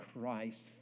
Christ